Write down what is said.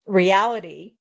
reality